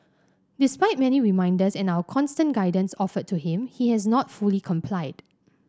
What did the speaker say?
despite many reminders and our constant guidance offered to him he has not fully complied